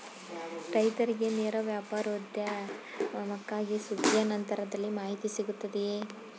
ರೈತರಿಗೆ ನೇರ ವ್ಯಾಪಾರೋದ್ಯಮಕ್ಕಾಗಿ ಸುಗ್ಗಿಯ ನಂತರದಲ್ಲಿ ಮಾಹಿತಿ ಸಿಗುತ್ತದೆಯೇ?